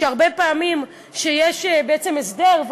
שהרבה פעמים כשיש הסדר,